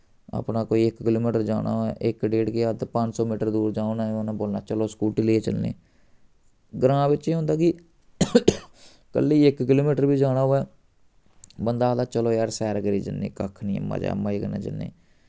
अपना कोई इक किलोमीटर जाना होऐ इक डेढ केह् अद्ध पंज सौ मीटर दूर जाओ ना उ'नें बोलना चलो स्कूटी लेइयै चलनें ग्रां बिच्च एह् होंदा कि कल्ले गी इक किलोमीटर बी जाना होऐ बंदा आखदा चलो यार सैर करी जन्नें कक्ख निं ऐ मजा मजे कन्नै जन्नें